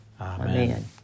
Amen